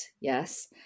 Yes